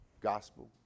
gospel